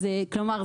אז כלומר,